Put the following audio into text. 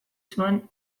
zuen